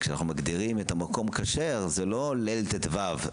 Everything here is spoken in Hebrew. כשאנחנו מגדירים את המקום כשר זה לא ליל ט"ו,